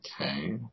Okay